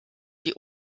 die